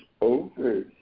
over